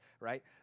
right